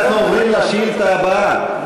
אנחנו עוברים לשאילתה הבאה,